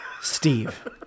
Steve